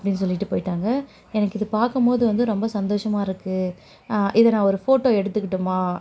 அப்படின்னு சொல்லிவிட்டு போய்ட்டாங்க எனக்கு இதை பார்க்கும்போது வந்து ரொம்ப சந்தோஷமாக இருக்குது இதை நான் ஒரு ஃபோட்டோ எடுத்துகட்டுமா